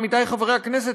עמיתי חברי הכנסת,